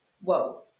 whoa